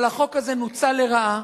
אבל החוק הזה נוצל לרעה.